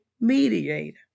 mediator